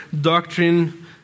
doctrine